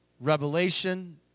revelation